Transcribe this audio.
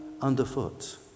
underfoot